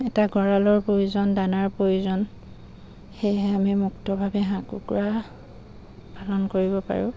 এটা গঁৰালৰ প্ৰয়োজন দানাৰ প্ৰয়োজন সেয়েহে আমি মুক্তভাৱে হাঁহ কুকুৰা পালন কৰিব পাৰোঁ